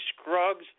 scrubs